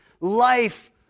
life